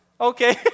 Okay